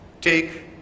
Take